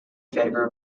favor